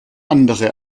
andere